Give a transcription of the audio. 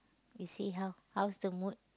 we see how how's the mood